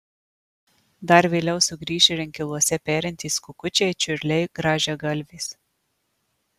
dar vėliau sugrįš ir inkiluose perintys kukučiai čiurliai grąžiagalvės